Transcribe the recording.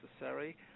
necessary